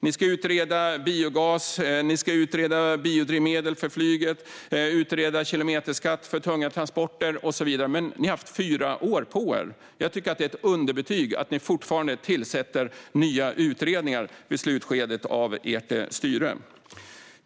Ni ska utreda biogas, ni ska utreda biodrivmedel för flyget, ni ska utreda kilometerskatt för tunga transporter och så vidare. Men ni har haft fyra år på er. Jag tycker att det ger underbetyg att ni fortfarande tillsätter utredningar i slutskedet av ert styre.